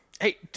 Hey